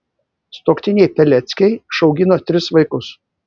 sutuoktiniai peleckiai išaugino tris vaikus